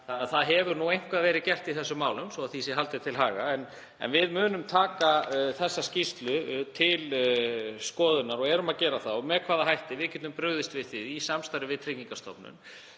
hefur því verið gert í þessum málum svo að því sé haldið til haga. En við munum taka skýrsluna til skoðunar, og erum að gera það. Og með hvaða hætti? Við getum brugðist við því í samstarfi við Tryggingastofnun.